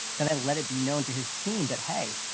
then i let it be known to his team that, hey,